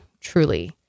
truly